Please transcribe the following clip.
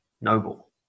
noble